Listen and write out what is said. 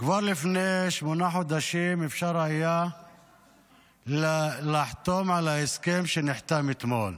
כבר לפני שמונה חודשים אפשר היה לחתום על ההסכם שנחתם אתמול.